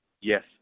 Yes